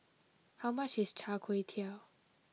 how much is Char Kway Teow